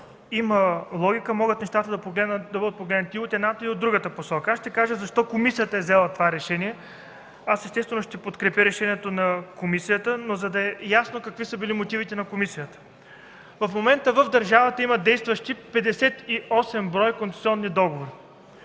има логика. Нещата могат да бъде погледнати и от едната, и от другата посока. Ще кажа защо комисията е взела такова решение. Аз, естествено, ще подкрепя решението на комисията. Нека да е ясно какви са били мотивите на комисията. В момента в държавата има действащи 58 броя концесионни договора.